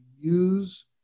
use